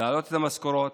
להעלות את המשכורות,